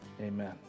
amen